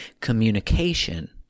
communication